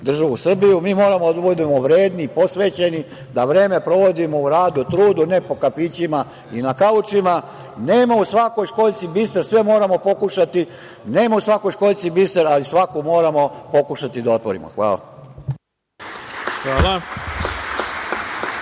državu Srbiju, mi moramo da budemo vredni, posvećeni, da vreme provodimo u radu, trudu, ne po kafićima i na kaučima. Nema u svakoj školjci biser, sve moramo pokušati. Nema u svakoj školjci biser, ali svakako moramo pokušati da otvorimo. Hvala.